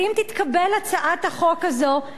ואם תתקבל הצעת החוק הזאת,